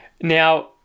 Now